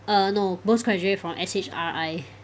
err no postgraduate from S_H_R_I